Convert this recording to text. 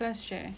class chair